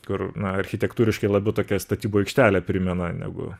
kur na architektūriškai labiau tokia statybų aikštelę primena negu